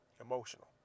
Emotional